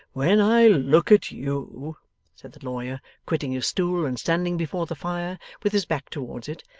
when i look at you said the lawyer, quitting his stool, and standing before the fire with his back towards it,